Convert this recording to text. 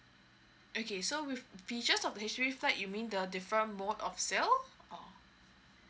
okay so with features of H_D_B flat you mean the different mode of sales or